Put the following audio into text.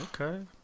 Okay